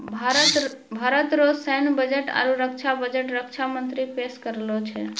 भारत रो सैन्य बजट आरू रक्षा बजट रक्षा मंत्री पेस करै छै